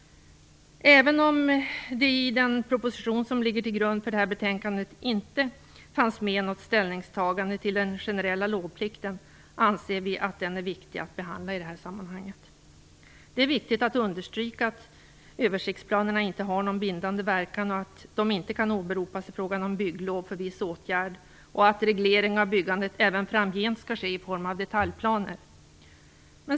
Även om det i den proposition som ligger till grund för detta betänkande inte finns med något ställningstagande till den generella lovplikten anser vi att den är viktig att behandla i detta sammanhang. Det är viktigt att understryka att översiktsplanerna inte har någon bindande verkan och att de inte kan åberopas i frågan om bygglov för viss åtgärd och att reglering av byggandet även framgent skall ske i form av detaljplaner.